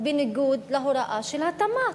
בניגוד להוראה של התמ"ת.